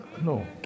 No